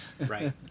Right